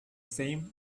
same